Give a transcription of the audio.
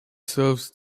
serves